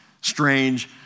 Strange